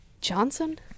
Johnson